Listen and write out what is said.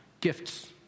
gifts